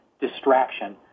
distraction